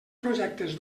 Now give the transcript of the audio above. projectes